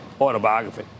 autobiography